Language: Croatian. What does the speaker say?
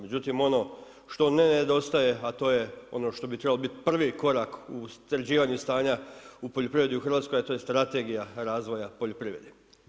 Međutim, ono što ne nedostaje a to je ono što bi trebalo biti prvi korak u sređivanju stanja u poljoprivredi u Hrvatskoj a to je strategija razvoja poljoprivrede.